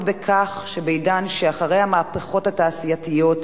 בכך שבעידן שאחרי המהפכות התעשייתיות,